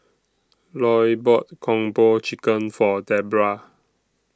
Loy bought Kung Po Chicken For Debra